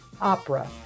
opera